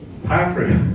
Patrick